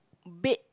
bake